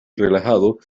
relajado